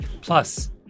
Plus